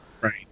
Right